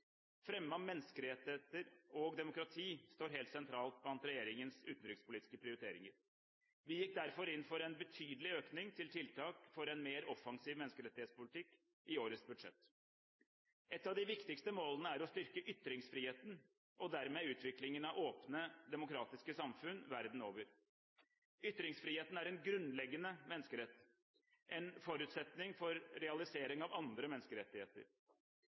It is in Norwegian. av menneskerettigheter og demokrati står helt sentralt blant regjeringens utenrikspolitiske prioriteringer. Vi gikk derfor inn for en betydelig økning til tiltak for en mer offensiv menneskerettighetspolitikk i årets budsjett. Et av de viktigste målene er å styrke ytringsfriheten og dermed utviklingen av åpne, demokratiske samfunn verden over. Ytringsfriheten er en grunnleggende menneskerettighet – en forutsetning for realisering av andre menneskerettigheter.